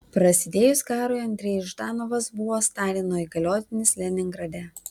prasidėjus karui andrejus ždanovas buvo stalino įgaliotinis leningrade